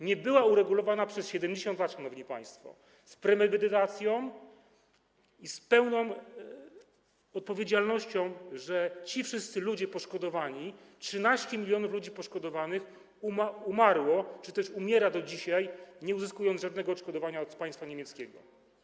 Nie była uregulowana przez 70 lat, szanowni państwo, z premedytacją i z pełną odpowiedzialnością, że ci wszyscy poszkodowani ludzie, 13 mln poszkodowanych ludzi umarło czy też umiera do dzisiaj, nie uzyskawszy żadnego odszkodowania od państwa niemieckiego.